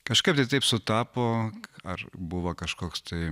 kažkaip taip sutapo ar buvo kažkoks tai